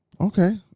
okay